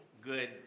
good